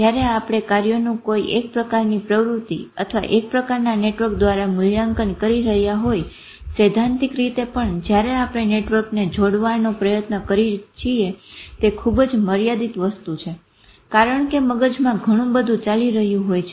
જયારે આપણે કાર્યનું કોઈ એક પ્રકારની પ્રવૃત્તિ અથવા એક પ્રકારના નેટવર્ક દ્વારા મૂલ્યાંકન કરી રહ્યા હોય સૈદ્ધાંતિક રીતે પણ જયારે આપણે નેટવર્કને જોડવાનો પ્રયત્ન કરીએ છીએ તે ખુબ જ માર્યાદિત વસ્તુ છે કારણ કે મગજમાં ઘણું બધું ચાલી રહ્યું હોય છે